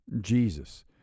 Jesus